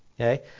Okay